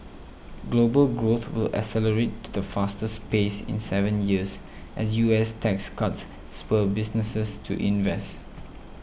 global growth will accelerate to the fastest pace in seven years as U S tax cuts spur businesses to invest